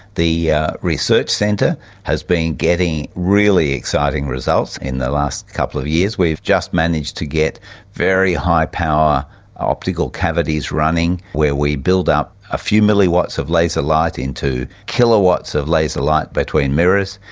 the research centre has been getting really exciting results in the last couple of years. we've just managed to get very high power optical cavities running where we build up a few milliwatts of laser light into kilowatts of laser light between mirrors.